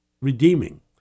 redeeming